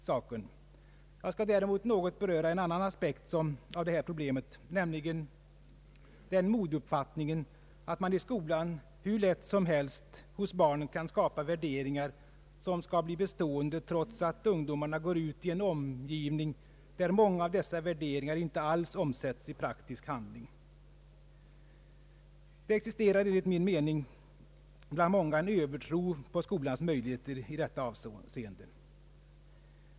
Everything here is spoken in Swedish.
Däremot skall jag något beröra en annan aspekt av detta problem, nämligen den modeuppfattningen att man i skolan hur lätt som helst hos barnen kan skapa värderingar som skall bli bestående, trots att ungdomarna går ut i en omgivning där många av dessa värderingar inte alls omsätts i praktisk handling. Det existerar enligt min mening bland många en övertro på skolan som instrument i detta avseende.